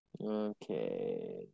Okay